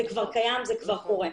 זה כבר קיים וזה כבר קורה.